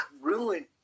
ruin